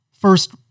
first